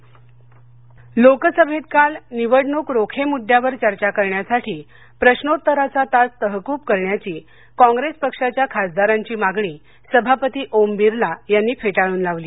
संसद कामकाज लोकसभेत काल निवडणूक रोखे मुद्द्यावर चर्चा करण्यासाठी प्रश्नोत्तराचा तास तहकूब करण्याची कॉप्रेस पक्षाच्या खासदारांची मागणी सभापती ओम बिर्ला यांनी फेटाळून लावली